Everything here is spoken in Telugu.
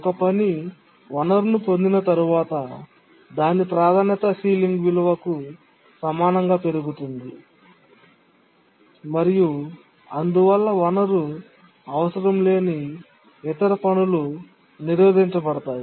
ఒక పని వనరును పొందిన తర్వాత దాని ప్రాధాన్యత సీలింగ్ విలువకు సమానంగా పెరుగుతుంది మరియు అందువల్ల వనరు అవసరం లేని ఇతర పనులు నిరోధించబడతాయి